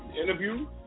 interview